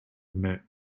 admit